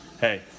hey